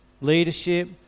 leadership